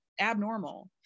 abnormal